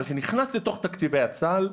אבל שנכנס לתוך תקציבי הסל.